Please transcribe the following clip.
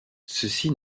ceci